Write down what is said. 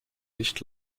nicht